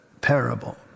parable